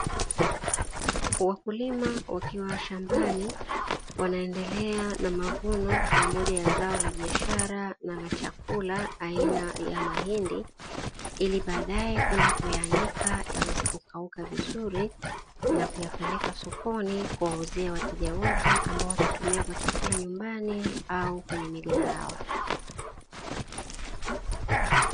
Wakulima wakiwa shambani, wanaendelea na mavuno ya moja ya zao la biashara na la chakula aina ya mahindi, ili baadaye kwenda kuyaanika yaweze kukauka vizuri na kuyapeleka sokoni kuwauzia wateja wote, ambao watatumia kwa chakula nyumbani au kwenye migahawa.